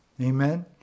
Amen